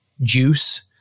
Juice